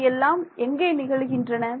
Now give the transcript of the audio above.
இவை எல்லாம் எங்கே நிகழுகின்றன